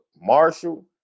Marshall